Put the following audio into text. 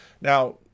Now